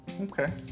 Okay